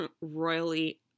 royally